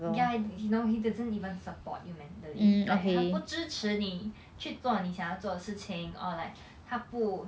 ya and you know he doesn't even support you mentally like 他不支持你去做你想做的事情 or like 他不